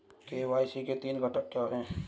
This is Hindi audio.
के.वाई.सी के तीन घटक क्या हैं?